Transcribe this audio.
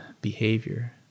behavior